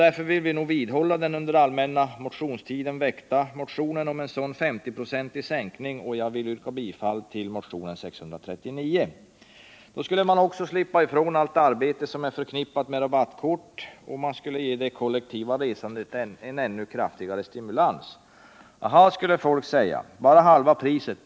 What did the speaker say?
Därför vidhåller vi den under allmänna motionstiden väckta motionen om en sådan 50-procentig sänkning. Jag ber att få yrka bifall till motionen 639. Då skulle man också slippa ifrån allt arbete som är förknippat med rabattkort, och man skulle ge det kollektiva resandet en ännu kraftigare stimulans. ”Aha”, skulle folk säga, ”bara halva priset.